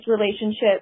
relationship